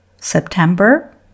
September